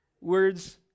words